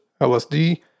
LSD